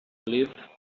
live